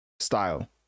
style